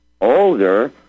older